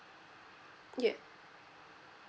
ya